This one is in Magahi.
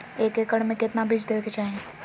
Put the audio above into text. एक एकड़ मे केतना बीज देवे के चाहि?